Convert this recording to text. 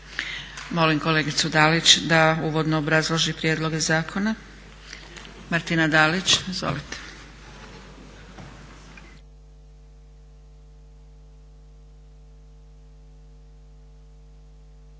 Molim kolegicu Dalić da uvodno obrazloži prijedloge zakona. Martina Dalić, izvolite.